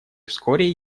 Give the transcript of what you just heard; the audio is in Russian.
вскоре